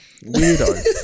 weirdo